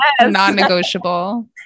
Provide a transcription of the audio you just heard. non-negotiable